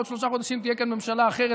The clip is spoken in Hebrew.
בעוד שלושה חודשים תהיה כאן ממשלה אחרת,